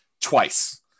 twice